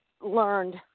learned